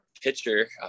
pitcher